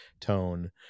tone